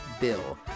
Bill